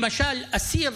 למשל, אסיר